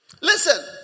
Listen